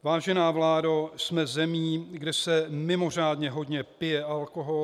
Vážená vládo, jsme zemí, kde se mimořádně hodně pije alkohol.